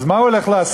אז מה הוא הולך לעשות?